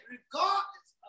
Regardless